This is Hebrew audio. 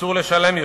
אסור לשלם יותר.